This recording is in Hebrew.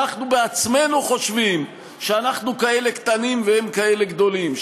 אנחנו בעצמנו חושבים שאנחנו כאלה קטנים והם כאלה גדולים,